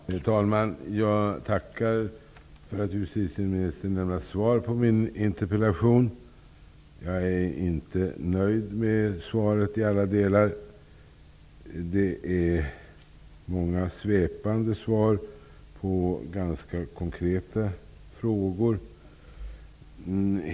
Herr talman! Jag tackar för att justitieministern har lämnat svar på min interpellation. Jag är inte nöjd med svaret i alla delar. Det är många svepande svar på ganska konkreta frågor.